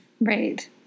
Right